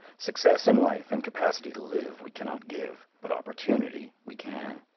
success in life and capacity to live we cannot give. but opportunity we can.